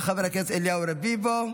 של חבר הכנסת אליהו רביבו,